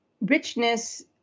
richness